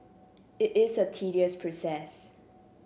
it is a tedious process